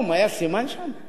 היה סימן שם?